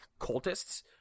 cultists